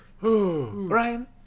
Ryan